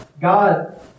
God